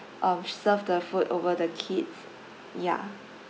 um serve the food over the kid ya